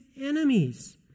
enemies